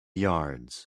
yards